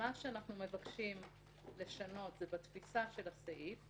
מה שאנחנו מבקשים לשנות זה בתפיסה של הסעיף,